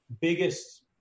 biggest